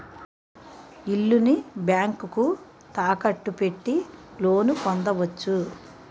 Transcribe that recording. ఇల్లుని బ్యాంకుకు తాకట్టు పెట్టి లోన్ పొందవచ్చు